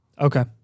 Okay